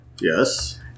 Yes